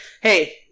hey